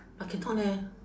I cannot leh